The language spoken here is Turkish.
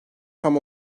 tam